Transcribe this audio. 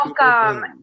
welcome